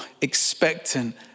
expectant